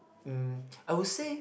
um I will say